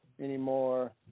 anymore